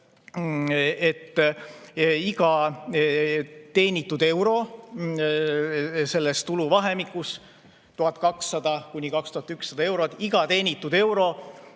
et iga teenitud euro tuluvahemikus 1200–2100 eurot, iga teenitud euro